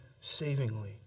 savingly